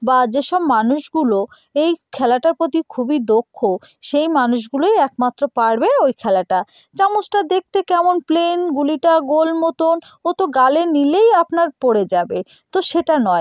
বা যেসব মানুষগুলো এই খেলাটার প্রতি খুবই দক্ষ সেই মানুষগুলোই একমাত্র পারবে ওই খেলাটা চামচটা দেখতে কেমন প্লেন গুলিটা গোল মতোন ও তো গালে নিলেই আপনার পড়ে যাবে তো সেটা নয়